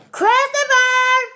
Christopher